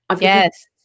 Yes